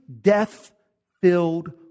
death-filled